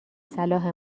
صلاح